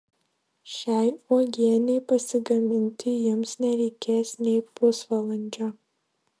šiai uogienei pasigaminti jums nereikės nei pusvalandžio